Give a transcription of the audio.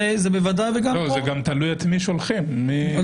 זה גם תלוי את מי שולחים, איך מחליטים.